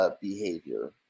behavior